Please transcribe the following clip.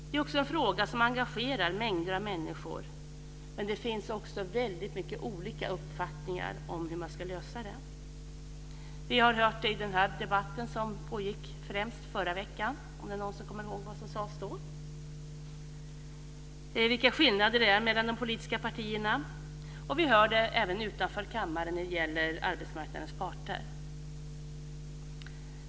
Det är också en fråga som engagerar mängder av människor, men det finns många olika uppfattningar om hur man ska lösa frågan. Vi har hört i debatten som pågick förra veckan, om någon kommer ihåg vad som sades då, vilka skillnader som finns mellan de politiska partierna. Vi hör det utanför kammaren, från arbetsmarknadens parter.